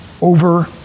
over